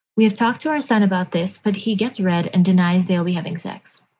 we have talked to our son about this, but he gets read and denies they'll be having sex.